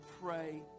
pray